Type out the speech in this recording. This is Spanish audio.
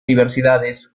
universidades